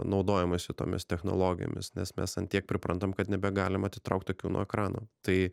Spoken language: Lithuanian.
naudojimosi tomis technologijomis nes mes ant tiek priprantam kad nebegalim atitraukt akių nuo ekrano tai